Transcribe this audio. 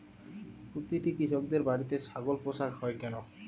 প্রতিটি কৃষকদের বাড়িতে ছাগল পোষা হয় কেন?